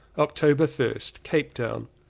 october first. capetown.